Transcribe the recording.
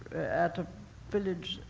at a village,